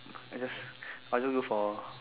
I just I just look for